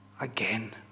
again